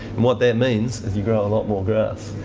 and what that means is you grow a lot more grass.